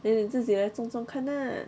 then 你自己来种种看 ah